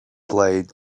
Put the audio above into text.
blade